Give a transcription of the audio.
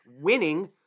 winning